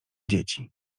dzieci